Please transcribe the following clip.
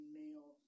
male